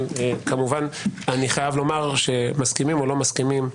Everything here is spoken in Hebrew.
אבל כמובן אני חייב לומר שמסכימים או לא מסכימים,